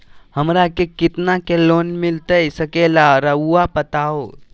हमरा के कितना के लोन मिलता सके ला रायुआ बताहो?